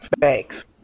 thanks